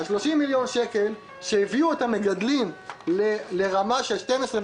אז 30 מיליון שקל שהביאו את המגדלים לרמה של 12%,